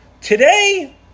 today